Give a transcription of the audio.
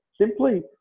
Simply